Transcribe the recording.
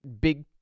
big